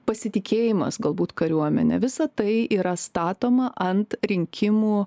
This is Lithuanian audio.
pasitikėjimas galbūt kariuomene visa tai yra statoma ant rinkimų